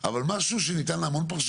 אני רוצה להתייחס.